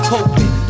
Hoping